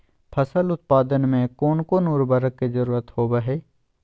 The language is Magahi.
फसल उत्पादन में कोन कोन उर्वरक के जरुरत होवय हैय?